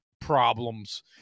problems